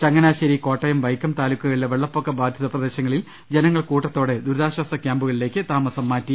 ചങ്ങനാശേരി കോട്ടയം വൈക്കം താലൂക്കുക ളിലെ വെള്ളപ്പൊക്ക ബാധിത പ്രദേശങ്ങളിൽ ജനങ്ങൾ കൂട്ടത്തോടെ ദുരി താശ്വാസ ക്യാമ്പുകളിലേക്ക് താമസംമാറ്റി